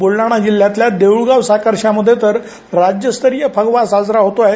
बुलडाणा जिल्ह्यातील देऊळगाव साकर्शा मध्ये तर राज्यस्तरीय फगवा साजरा होतो आहे